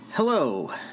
Hello